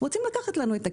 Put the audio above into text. רוצים לקחת לנו את הקיום.